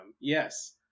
yes